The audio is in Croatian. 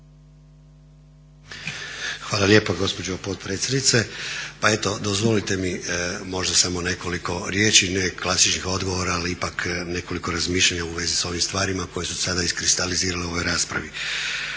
Hvala lijepa gospođo potpredsjednice. Pa eto dozvolite mi možda samo nekoliko riječi, ne klasičan odgovor ali ipak nekoliko razmišljanja u vezi s ovim stvarima koje su se sada iskristalizirale u ovoj raspravi.